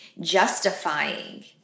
justifying